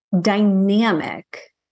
dynamic